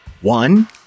One